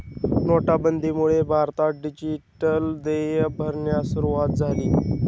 नोटाबंदीमुळे भारतात डिजिटल देय भरण्यास सुरूवात झाली